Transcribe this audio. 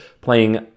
playing